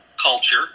culture